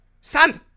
Stand